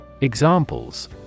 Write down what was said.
Examples